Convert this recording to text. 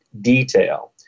detail